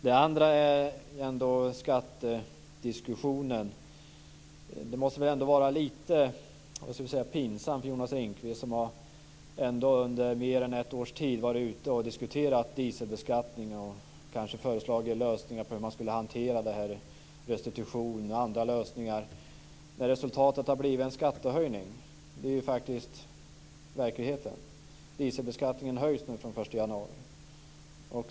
Det andra jag vill ta upp är skattediskussionen. Det måste väl ändå vara lite pinsamt för Jonas Ringqvist, som under mer än ett års tid har varit ute och diskuterat dieselbeskattningen och föreslagit lösningar som restitution m.m. för hur man ska hantera detta, när resultatet har blivit en skattehöjning. Det är faktiskt verkligheten. Dieselbeskattningen höjs från den 1 januari.